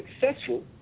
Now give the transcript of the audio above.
successful